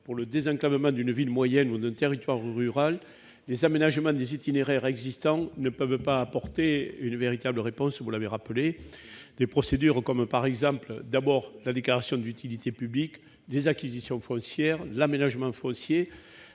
vue du désenclavement d'une ville moyenne ou d'un territoire rural, les aménagements d'itinéraires existants ne peuvent pas apporter une véritable réponse. Des procédures comme la déclaration d'utilité publique, les acquisitions foncières ou les aménagements fonciers